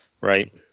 right